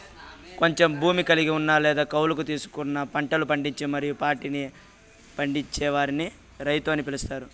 కొంచెం భూమి కలిగి ఉన్న లేదా కౌలుకు తీసుకొని పంటలు పండించి మరియు పాడిని పెంచే వారిని రైతు అని పిలుత్తారు